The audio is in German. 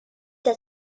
der